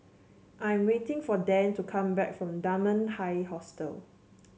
I am waiting for Dan to come back from Dunman High Hostel